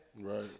Right